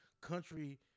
country